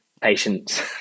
patience